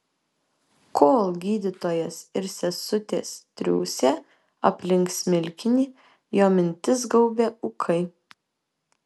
kol gydytojas ir sesutės triūsė aplink smilkinį jo mintis gaubė ūkai